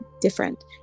different